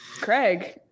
Craig